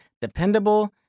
dependable